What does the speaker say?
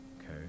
okay